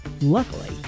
Luckily